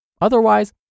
Otherwise